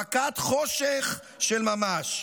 מכת חושך של ממש.